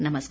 नमस्कार